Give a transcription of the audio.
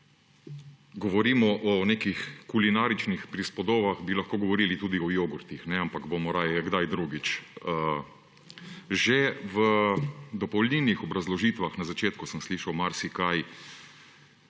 govorimo o nekih kulinaričnih prispodobah, bi lahko govorili tudi o jogurtih. Ampak bomo raje kdaj drugič. Že v dopolnilnih obrazložitvah na začetku sem slišal marsikaj,